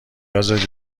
ازاده